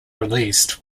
released